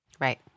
Right